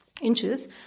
inches